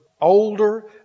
older